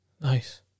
Nice